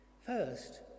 First